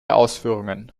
ausführungen